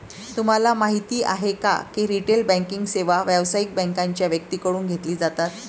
तुम्हाला माहिती आहे का की रिटेल बँकिंग सेवा व्यावसायिक बँकांच्या व्यक्तींकडून घेतली जातात